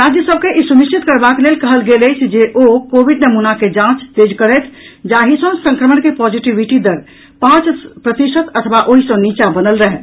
राज्य सभ के ई सुनिश्चित करबाक लेल कहल गेल अछि जे ओ कोविड नमूना के जांच तेज करथि जाहि सँ संक्रमण के पॉजिटिविटि दर पांच प्रतिशत अथवा ओहि सँ नीचा बनल रहय